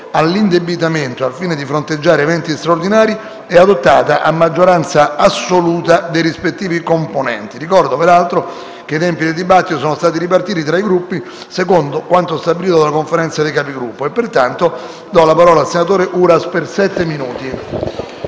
all'indebitamento al fine di fronteggiare eventi straordinari è adottata a maggioranza assoluta dei rispettivi componenti. Ricordo che i tempi del dibattito sono stati ripartiti tra i Gruppi secondo quanto stabilito dalla Conferenza dei Capigruppo. Dichiaro aperta la discussione.